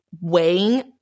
weighing